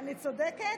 אני צודקת?